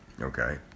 okay